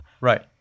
Right